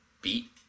beat